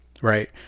right